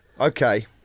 Okay